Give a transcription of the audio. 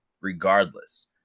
regardless